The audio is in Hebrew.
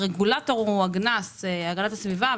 הרגולטור הוא הגנת הסביבה,